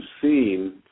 seen